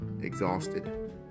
exhausted